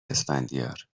اسفندیار